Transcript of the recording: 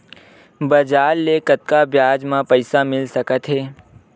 बजार ले कतका ब्याज म पईसा मिल सकत हे?